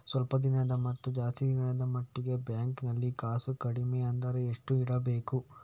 ಸ್ವಲ್ಪ ದಿನದ ಮತ್ತು ಜಾಸ್ತಿ ದಿನದ ಮಟ್ಟಿಗೆ ಬ್ಯಾಂಕ್ ನಲ್ಲಿ ಕಾಸು ಕಡಿಮೆ ಅಂದ್ರೆ ಎಷ್ಟು ಇಡಬೇಕು?